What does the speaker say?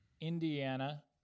Indiana